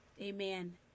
amen